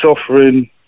suffering